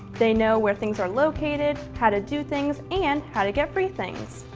they know where things are located how to do things and how to get free things.